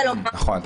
נכון.